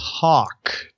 talk